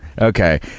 Okay